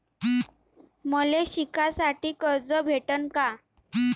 मले शिकासाठी कर्ज भेटन का?